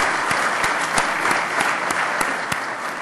(מחיאות כפיים)